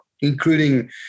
including